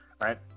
right